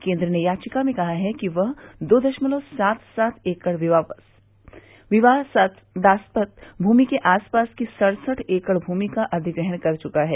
केन्द्र ने याचिका में कहा है कि वह दो दशमलव सात सात एकड़ विवादास्पद भूमि के आसपास की सड़सठ एकड़ भूमि का अधिग्रहण कर चुका है